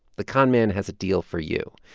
the con man has a deal for you.